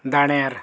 दाण्यार